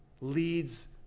leads